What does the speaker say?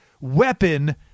weapon